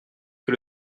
que